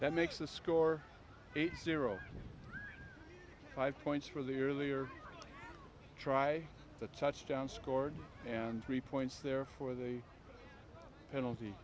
that makes the score eight zero five points for the earlier try the touchdown scored and three points there for the penalt